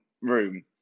room